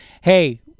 hey